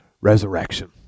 resurrection